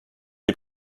des